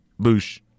Boosh